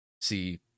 see